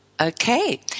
Okay